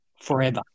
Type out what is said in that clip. forever